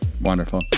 Wonderful